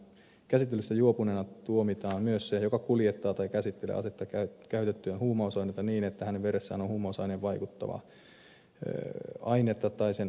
aseen käsittelystä juopuneena tuomitaan myös se joka kuljettaa tai käsittelee asetta käytettyään huumausainetta niin että hänen veressään on huumausaineen vaikuttavaa ainetta tai sen aineenvaihduntatuotetta